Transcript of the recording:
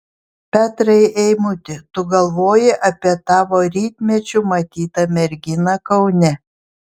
petrai eimuti tu galvoji apie tavo rytmečiu matytą merginą kaune